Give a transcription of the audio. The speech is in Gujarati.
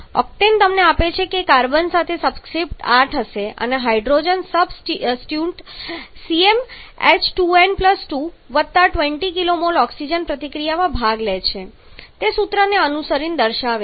ઓક્ટેન તમને આપે છે કે કાર્બન સાથે સબસ્ક્રીપ્ટ 8 હશે અને હાઇડ્રોજન સબસ્ટીટ્યુઅન્ટ CmH2n2 વત્તા 20 kmol ઓક્સિજન પ્રતિક્રિયામાં ભાગ લે છે તે સૂત્રને અનુસરીને દર્શાવેલ છે